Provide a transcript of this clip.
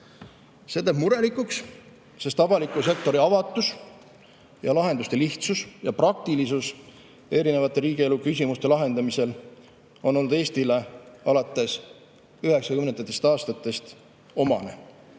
See teeb murelikuks, sest avaliku sektori avatus ning lahenduste lihtsus ja praktilisus erinevate riigielu küsimuste lahendamisel on olnud Eestile alates 1990. aastatest omane.